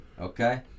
Okay